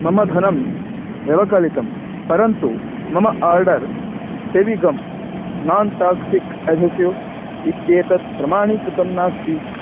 मम धनं व्यवकलितं परन्तु मम order Fevi gum non toxic adhesive इत्येतत् प्रमाणीकृतं नास्ति